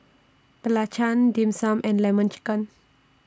Belacan Dim Sum and Lemon Chicken